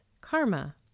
karma